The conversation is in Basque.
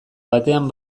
batean